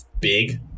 big